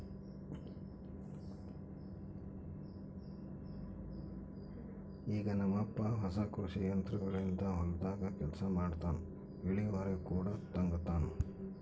ಈಗ ನಮ್ಮಪ್ಪ ಹೊಸ ಕೃಷಿ ಯಂತ್ರೋಗಳಿಂದ ಹೊಲದಾಗ ಕೆಲಸ ಮಾಡ್ತನಾ, ಇಳಿವರಿ ಕೂಡ ತಂಗತಾನ